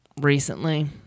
recently